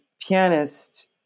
pianist